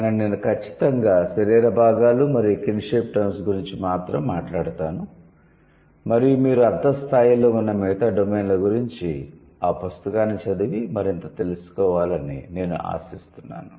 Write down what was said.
కాని నేను ఖచ్చితంగా శరీర భాగాలు మరియు కిన్షిప్ టర్మ్స్ గురించి మాత్రం మాట్లాడతాను మరియు మీరు అర్థ స్థాయిలో ఉన్న మిగతా డొమైన్ల గురించి ఆ పుస్తకాన్ని చదివి మరింత తెలుసుకోవాలని నేను ఆశిస్తున్నాను